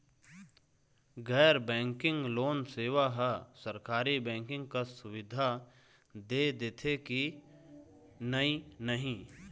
गैर banking loan सेवा हा सरकारी बैंकिंग कस सुविधा दे देथे कि नई नहीं?